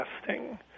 testing